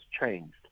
changed